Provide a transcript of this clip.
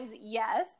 yes